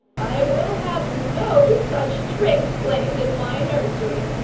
i will have no such tricks played in my nursery,